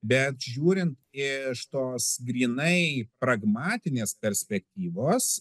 bet žiūrint iš tos grynai pragmatinės perspektyvos